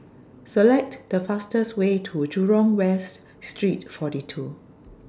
Select The fastest Way to Jurong West Street forty two